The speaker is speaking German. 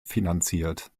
finanziert